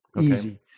easy